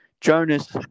Jonas